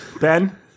Ben